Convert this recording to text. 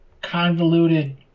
convoluted